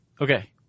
Okay